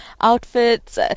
outfits